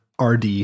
rd